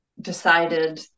decided